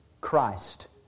Christ